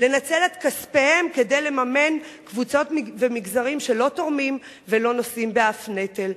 לנצל את כספיהם כדי לממן קבוצות ומגזרים שלא תורמים ולא נושאים באף נטל.